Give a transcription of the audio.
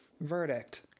verdict